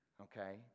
okay